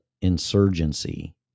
insurgency